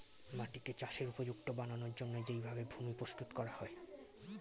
মাটিকে চাষের উপযুক্ত বানানোর জন্যে যেই ভাবে ভূমি প্রস্তুত করা হয়